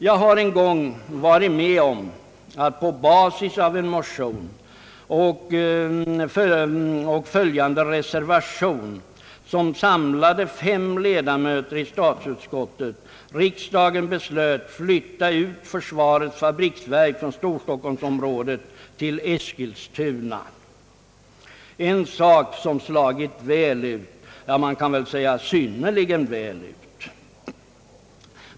Jag har en gång varit med om att på basis av en motion och följande reservation, som samlade fem ledamöter i statsutskottet, beslöt riksdagen flytta ut försvarets fabriksverk från stockholmsområdet till Eskilstuna, vilket slagit synnerligen väl ut.